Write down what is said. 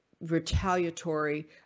retaliatory